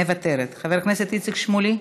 מוותרת, חבר הכנסת איציק שמולי,